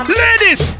ladies